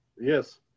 Yes